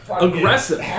aggressive